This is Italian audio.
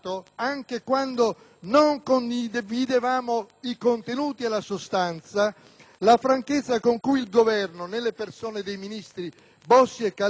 la franchezza con cui il Governo, nelle persone dei ministri Bossi e Calderoli, ha affrontato, con continue richieste di dialogo, il dibattito parlamentare